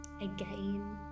Again